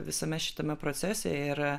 visame šitame procese ir